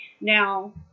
Now